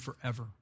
forever